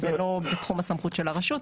זה לא בתחום הסמכות של הרשות.